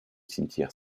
cimetière